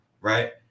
right